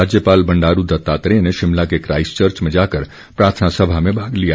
राज्यपाल बंडारू दत्तात्रेय ने शिमला के काईस्ट चर्च में जाकर प्रार्थना सभा में भाग लिया